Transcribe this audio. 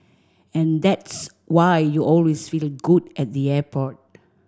and that's why you always feel good at the airport